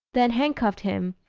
then handcuff him,